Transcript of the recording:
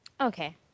Okay